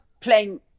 playing